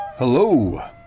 Hello